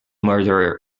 murderer